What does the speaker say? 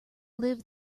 live